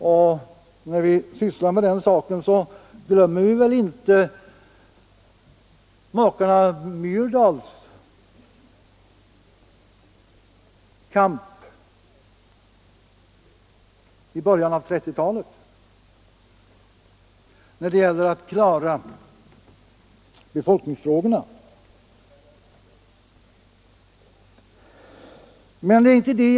I detta sammanhang glömmer vi inte makarna Myrdals kamp för att klara befolkningsfrågorna i början av 1930-talet.